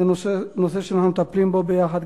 זה נושא שאנחנו מטפלים בו ביחד.